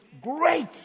great